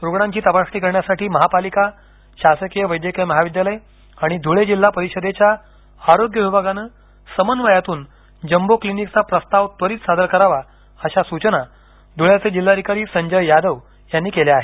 रुग्णांची तपासणी करण्यासाठी महापालिका शासकीय वैद्यकीय महाविद्यालय आणि ध्रुळे जिल्हा परिषदेच्या आरोग्य विभागाने समन्वयातून जंबो क्लिनिकचा प्रस्ताव त्वरीत सादर करावा अशी सूचना धुळ्याचे जिल्हाधिकारी संजय यादव यांनी केली आहे